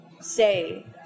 say